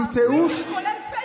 הסקר כולל פייקים,